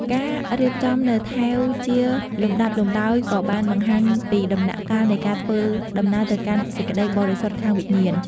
ការរៀបចំនូវថែវជាលំដាប់លំដោយក៏បានបង្ហាញពីដំណាក់កាលនៃការធ្វើដំណើរទៅកាន់សេចក្តីបរិសុទ្ធខាងវិញ្ញាណ។